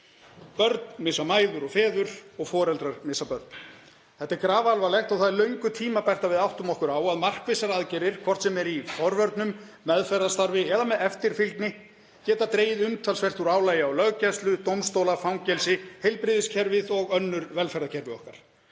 Börn missa mæður og feður og foreldrar missa börn. Þetta er grafalvarlegt og það er löngu tímabært að við áttum okkur á að markvissar aðgerðir, hvort sem er í forvörnum, meðferðarstarfi eða með eftirfylgni, geta dregið umtalsvert úr álagi á löggæslu, dómstóla, fangelsi, heilbrigðiskerfið og önnur velferðarkerfi okkar.